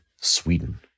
Sweden